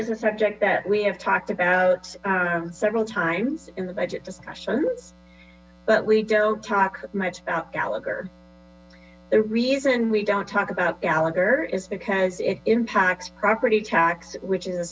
tabor subject that we have talked about several times in the budget discussions but we don't talk much about gallagher the reason we don't talk about gallagher is because it impacts property tax which is a